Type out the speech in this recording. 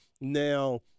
now